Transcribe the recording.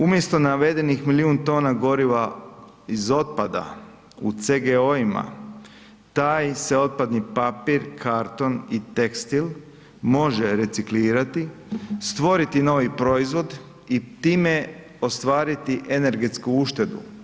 Umjesto navedenih milijun tona goriva iz otpada u CGO-ima taj se otpadni papir, karton i tekstil može reciklirati, stvoriti novi proizvod i time ostvariti energetsku uštedu.